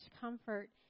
comfort